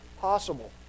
possible